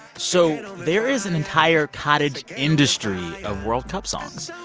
so there is an entire cottage industry of world cup songs.